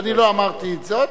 אני לא אמרתי את זאת.